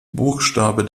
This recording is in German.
buchstabe